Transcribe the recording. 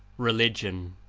religion